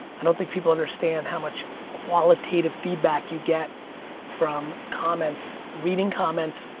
i don't think people understand how much qualitative feedback you get from comments, reading comments,